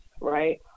right